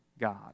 God